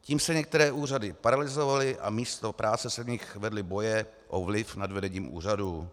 Tím se některé úřady paralyzovaly a místo práce se v nich vedly boje o vliv nad vedením úřadu.